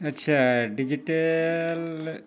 ᱟᱪᱪᱷᱟ ᱰᱤᱡᱤᱴᱟᱞ